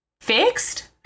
Fixed